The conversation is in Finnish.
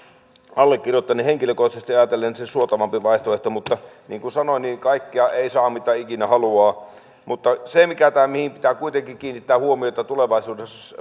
allekirjoittaneen mielestä henkilökohtaisesti ajatellen se suotavampi vaihtoehto mutta niin kuin sanoin kaikkea ei saa mitä ikinä haluaa se mihin pitää kuitenkin kiinnittää huomiota tulevaisuudessa